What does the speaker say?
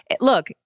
Look